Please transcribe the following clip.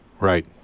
Right